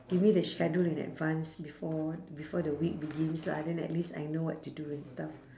give me the schedule in advance before before the week begins lah then at least I know what to do and stuff